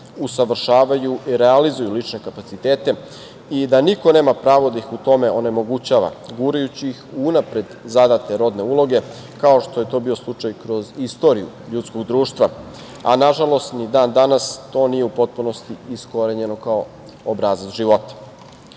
usavršavaju i realizuju lične kapacitete i da niko nema pravo da ih u tome onemogućava, gurajući ih u unapred zadate rodne uloge, kao što je to bio slučaj kroz istoriju ljudskog društva, a nažalost ni dan-danas to nije u potpunosti iskorenjeno kao obrazac života.